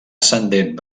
ascendent